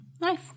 nice